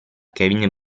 kevin